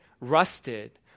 rusted